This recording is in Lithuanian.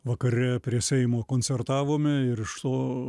vakare prie seimo koncertavome ir iš to